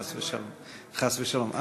חס ושלום...